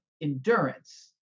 endurance